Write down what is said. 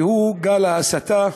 והוא גל ההסתה